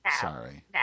Sorry